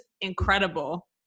incredible